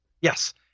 Yes